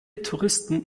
touristen